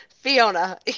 Fiona